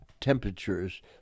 temperatures